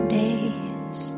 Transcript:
days